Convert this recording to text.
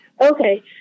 Okay